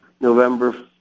November